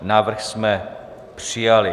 Návrh jsme přijali.